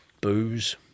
Booze